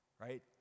right